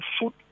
food